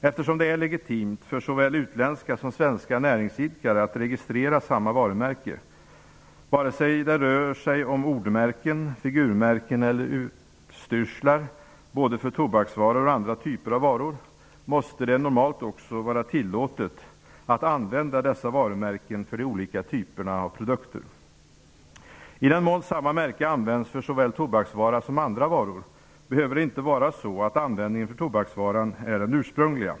Eftersom det är legitimt för såväl utländska som svenska näringsidkare att registrera samma varumärke vare sig det rör sig om ordmärken, figurmärken eller utstyrslar, både för tobaksvaror och andra typer av varor, måste det normalt också vara tillåtet att använda dessa varumärken för de olika typerna av produkter. I den mån samma märke används för såväl tobaksvara som andra varor behöver det inte vara så att användningen för tobaksvaran är den ursprungliga.